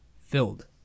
filled